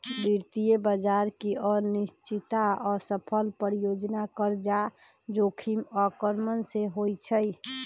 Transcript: वित्तीय बजार की अनिश्चितता, असफल परियोजना, कर्जा जोखिम आक्रमण से होइ छइ